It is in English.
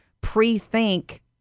pre-think